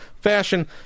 fashion